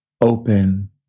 open